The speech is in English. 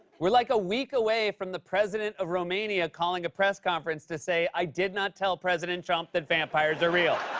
we're like a week away from the president of romania calling a press conference to say, i did not tell president trump that vampires are real.